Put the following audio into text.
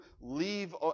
leave